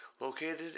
Located